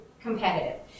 competitive